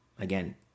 Again